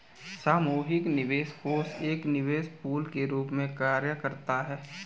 सामूहिक निवेश कोष एक निवेश पूल के रूप में कार्य करता है